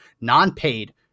non-paid